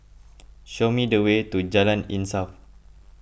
show me the way to Jalan Insaf